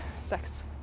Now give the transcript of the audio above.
sex